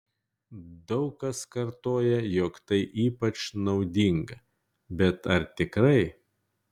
daug kas kartoja jog tai ypač naudinga bet ar tikrai